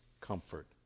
comfort